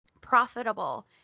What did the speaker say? profitable